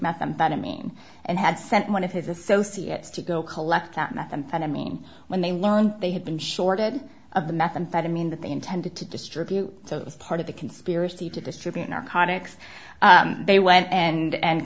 methamphetamine and had sent one of his associates to go collect that methamphetamine when they learned they had been shorted of the methamphetamine that they intended to distribute so it was part of the conspiracy to distribute narcotics they went and